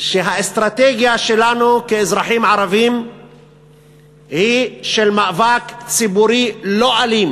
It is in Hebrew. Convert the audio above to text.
שהאסטרטגיה שלנו כאזרחים ערבים היא של מאבק ציבורי לא אלים.